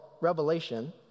Revelation